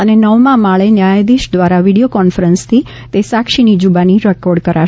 અને નવમા માળે ન્યાયાધીશ દ્વારા વીડીયો કોન્ફરન્સથી તે સાક્ષીની જૂબાની રેકોર્ડ કરાશે